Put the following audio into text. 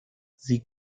sie